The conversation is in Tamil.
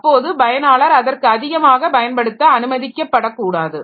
அப்போது பயனாளர் அதற்கு அதிகமாக பயன்படுத்த அனுமதிக்கப்படக்கூடாது